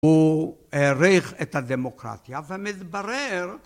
הוא העריך את הדמוקרטיה, ומתברר